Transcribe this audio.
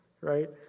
Right